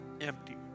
Empty